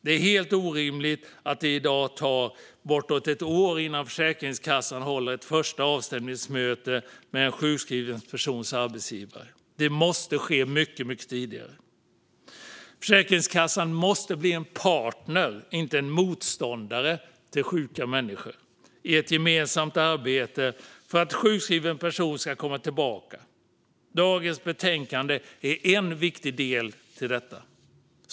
Det är helt orimligt att det i dag tar bortåt ett år innan Försäkringskassan håller ett första avstämningsmöte med en sjukskriven persons arbetsgivare. Det måste ske mycket, mycket tidigare. Försäkringskassan måste bli en partner och inte en motståndare till sjuka människor i ett gemensamt arbete för att en sjukskriven person ska komma tillbaka. Dagens betänkande är en viktig del i detta.